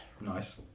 Nice